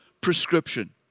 prescription